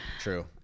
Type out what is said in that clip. true